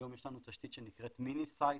היום יש לנו תשתית שנקראת מיניסייט,